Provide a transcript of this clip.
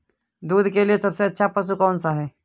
दूध के लिए सबसे अच्छा पशु कौनसा है?